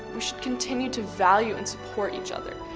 we should continue to value and support each other,